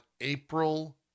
April